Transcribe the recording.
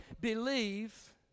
believe